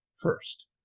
first